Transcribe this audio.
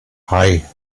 hei